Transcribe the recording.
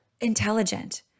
intelligent